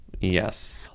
yes